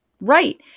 Right